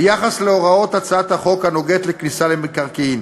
ביחס להוראות הצעת החוק הנוגעות לכניסה למקרקעין: